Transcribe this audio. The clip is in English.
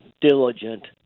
diligent